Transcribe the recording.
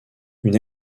une